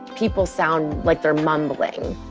people sound like they're mumbling,